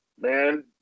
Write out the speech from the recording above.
man